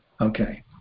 okay